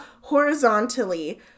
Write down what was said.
horizontally